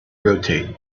rotate